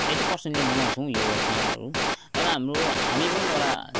eighty परसेन्टले मनाउँछौँ यो चाडहरू तर हाम्रो हामी पनि एउटा